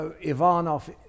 Ivanov